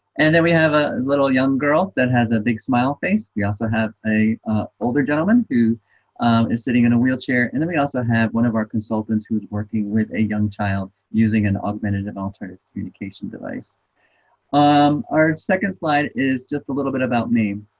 and then we have a little young girl that has a big smile face we also have a older gentleman who is sitting in a wheelchair and then we also have one of our consultants who is working with a young child using an augmentative alternative communication device um our second slide is just a little bit about me.